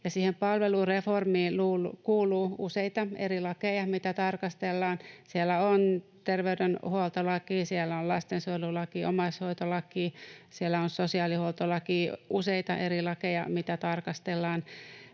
palvelureformiin kuuluu useita eri lakeja, mitä tarkastellaan. Siellä on terveydenhuoltolaki, siellä on lastensuojelulaki, omaishoitolaki, siellä on sosiaalihuoltolaki, useita eri lakeja, mitä tarkastellaan,